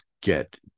get